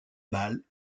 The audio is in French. bâle